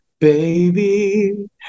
Baby